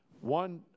One